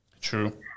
True